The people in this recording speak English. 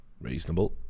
Reasonable